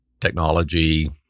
technology